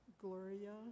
Gloria